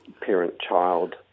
parent-child